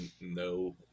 no